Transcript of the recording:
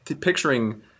picturing